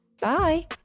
Bye